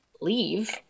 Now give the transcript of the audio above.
leave